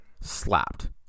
slapped